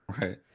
Right